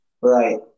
Right